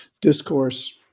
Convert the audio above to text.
discourse